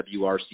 WRC